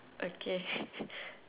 okay